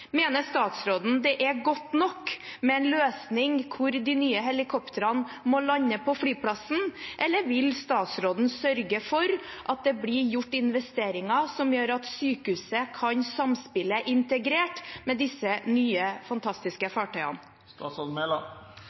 Mener statsråden det er godt nok med en løsning der de nye helikoptrene må lande på flyplassen, eller vil statsråden sørge for at det blir gjort investeringer som gjør at sykehuset kan samspille integrert med disse nye, fantastiske fartøyene?